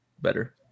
better